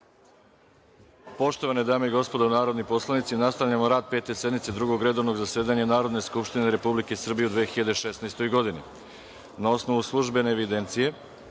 Poštovane dame i gospodo narodni poslanici, nastavljamo rad Pete sednice Drugog redovnog zasedanja Narodne skupštine Republike Srbije u 2016. godini. Na osnovu službene evidencije